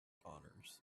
honors